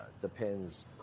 depends